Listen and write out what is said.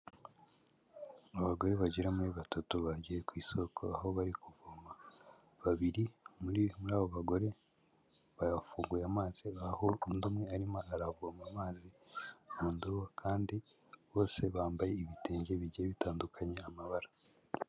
Abagore bagera muri batatu bagiye ku isoko, aho bari kuvoma babiri muri, muri abo bagore bafunguye amazi, aho undi umwe arimo aravoma amazi mu ndobo kandi bose bambaye ibitenge bigiye bitandukanye amabara.